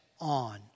on